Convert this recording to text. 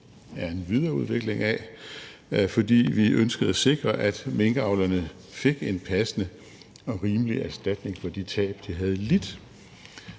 er en videreudvikling af, fordi vi ønskede at sikre, at minkavlerne fik en passende og rimelig erstatning for de tab, de havde lidt.